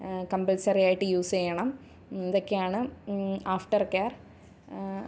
കമ്പൽസറിയായിട്ട് use ചെയ്യണം ഇതൊക്കെയാണ് after care